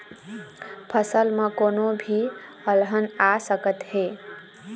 फसल म कोनो भी अलहन आ सकत हे